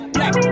Black